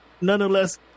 nonetheless